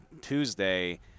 Tuesday